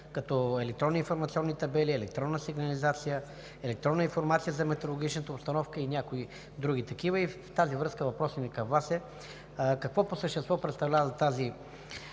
като електронни информационни табели, електронна сигнализация, електронна информация за метеорологичната обстановка и някои други такива. В тази връзка въпросът ми към Вас е: какво по същество представлява тази